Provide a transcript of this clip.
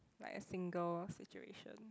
like a single situation